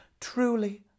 Truly